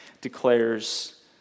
declares